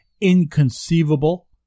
inconceivable